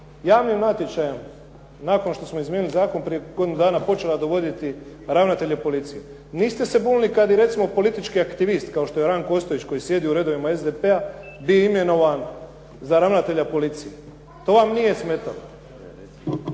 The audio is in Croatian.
javnim natječajem nakon što smo izmijenili zakon prije godinu dana počela dovoditi ravnatelja policije. Niste se bunili kada je recimo kao politički aktivist kao što je Ranko Ostojić koji sjedi u redovima SDP-a bio imenovan za ravnatelja policije. To vam nije smetalo.